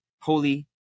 holy